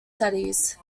studies